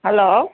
hello